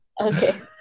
Okay